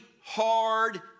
hard